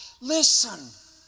Listen